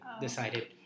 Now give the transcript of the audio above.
decided